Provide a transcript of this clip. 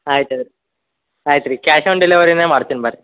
ಆಯ್ತು ತಗೊರಿ ಆಯ್ತು ರೀ ಕ್ಯಾಶ್ ಆನ್ ಡೆಲೆವರಿಯೇ ಮಾಡ್ತೀನಿ ಬನ್ರಿ